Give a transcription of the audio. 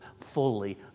fully